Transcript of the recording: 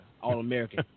All-American